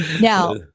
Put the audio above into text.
Now